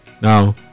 Now